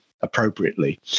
appropriately